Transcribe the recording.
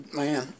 man